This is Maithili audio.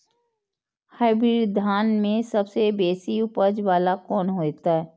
हाईब्रीड धान में सबसे बेसी उपज बाला कोन हेते?